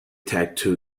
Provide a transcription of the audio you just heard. tattoo